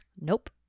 Nope